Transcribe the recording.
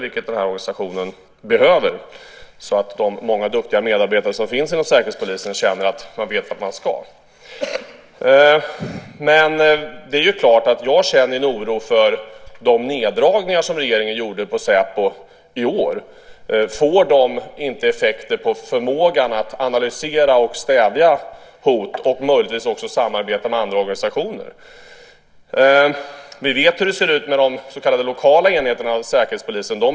Det behöver den här organisationen så att de många duktiga medarbetare som finns hos Säkerhetspolisen vet vart man ska. Jag känner en oro för de neddragningar som regeringen gjorde på Säpo i år. Får de inte effekter på förmågan att analysera och stävja hot och samarbeta med andra organisationer? Vi vet hur det ser ut med de så kallade lokala enheterna hos Säkerhetspolisen i dag.